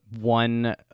one